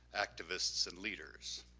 activists and leaders.